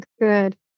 good